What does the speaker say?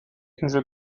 insel